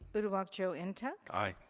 uduak joe and ntuk? aye.